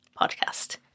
Podcast